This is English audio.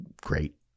great